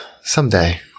Someday